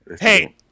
Hey